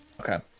Okay